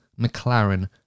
McLaren